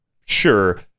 Sure